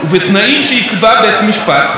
ובתנאים שיקבע בית המשפט,